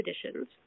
traditions